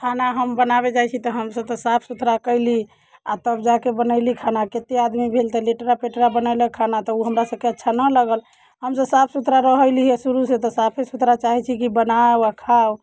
खाना हम बनाबै जाइ छी तऽ हमसभ तऽ साफ सुथरा कैली आओर तब जाके बनैली खाना कते आदमी भेल तऽ लेट्रा पेट्रा बनैलक खाना तऽ उ हमरा सभके अच्छा नहि लागल हमसभ साफ सुथरा रह अइलि हँ शुरूसँ तऽ साफे सुथरा चाहै छी कि बनाउ आओर खाउ